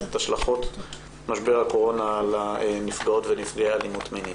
השלכות משבר הקורונה על נפגעות ונפגעי אלימות מינית".